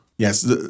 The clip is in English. Yes